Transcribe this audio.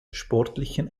sportlichen